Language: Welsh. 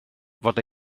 fod